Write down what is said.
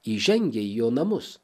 įžengia į jo namus